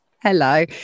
Hello